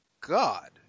God